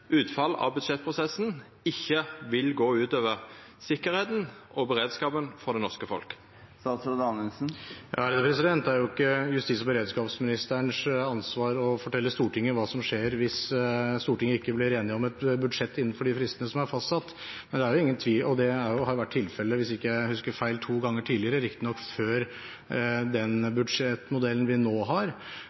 av budsjettprosessen, ikkje vil gå ut over tryggleiken og beredskapen for det norske folket? Det er ikke justis- og beredskapsministerens ansvar å fortelle Stortinget hva som skjer hvis Stortinget ikke blir enige om et budsjett innenfor de fristene som er fastsatt. Det har vært tilfellet, hvis jeg ikke husker feil, to ganger tidligere, riktignok før den budsjettmodellen vi nå har,